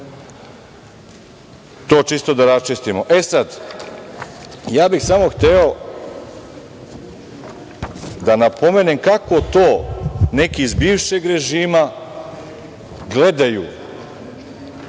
To čisto da raščistimo.E, sada, ja bih samo hteo da napomenem kako to neki iz bivšeg režima gledaju